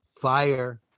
Fire